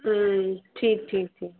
ठीकु ठीकु ठीकु